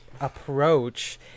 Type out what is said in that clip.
approach